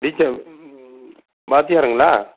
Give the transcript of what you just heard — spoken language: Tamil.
விகே வாத்தியாருங்களா